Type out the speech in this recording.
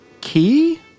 Key